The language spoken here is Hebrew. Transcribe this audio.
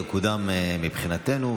יקודם מבחינתנו,